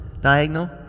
diagonal